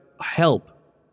help